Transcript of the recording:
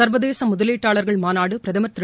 சா்வதேச முதலீட்டாளா்கள் மாநாடு பிரதமா் திரு